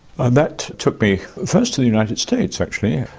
and that took me first to the united states, actually.